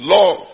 Lord